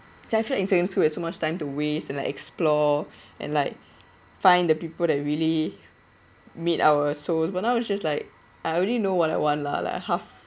definitely insane to have so much time to waste and explore and like find the people that really meet our souls but now it's just like I already know what I want lah like half